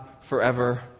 forever